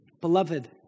beloved